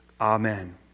Amen